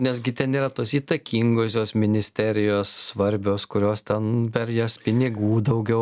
nes gi ten yra tos įtakingosios ministerijos svarbios kurios ten per jas pinigų daugiau